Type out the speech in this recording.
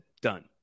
Done